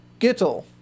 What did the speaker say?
Gittel